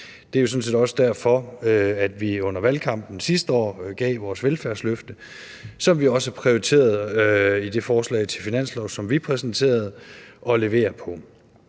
set også derfor, at vi under valgkampen sidste år gav vores velfærdsløfte, som vi i det forslag til finanslov, vi præsenterede, også